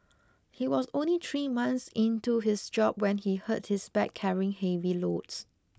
he was only three months into his job when he hurt his back carrying heavy loads